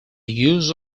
use